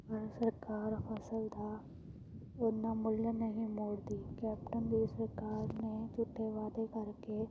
ਪਰ ਸਰਕਾਰ ਫ਼ਸਲ ਦਾ ਉੱਨਾ ਮੁੱਲ ਨਹੀਂ ਮੋੜਦੀ ਕੈਪਟਨ ਦੀ ਸਰਕਾਰ ਨੇ ਝੂਠੇ ਵਾਅਦੇ ਕਰਕੇ